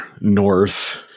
north